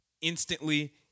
Instantly